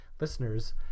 listeners